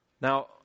Now